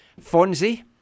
Fonzie